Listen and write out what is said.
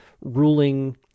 ruling